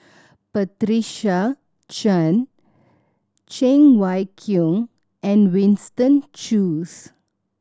Patricia Chan Cheng Wai Keung and Winston Choos